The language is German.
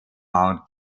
mount